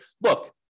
look